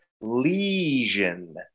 Lesion